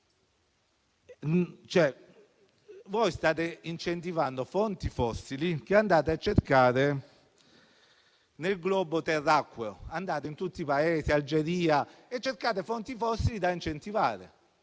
state incentivando fonti fossili che andate a cercare nel globo terracqueo, in tutti i Paesi, come l'Algeria. Cercate fonti fossili da incentivare